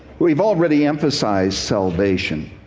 we've already emphasized salvation.